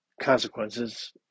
consequences